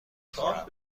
خورم